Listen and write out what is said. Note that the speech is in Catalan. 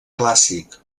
clàssic